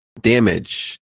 damage